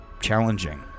challenging